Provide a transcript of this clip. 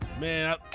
Man